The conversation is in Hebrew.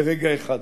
ברגע אחד,